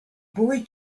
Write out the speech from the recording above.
boy